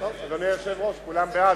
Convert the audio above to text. אדוני היושב-ראש, כולם בעד.